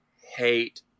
hate